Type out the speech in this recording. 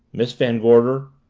miss van gorder,